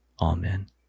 Amen